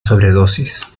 sobredosis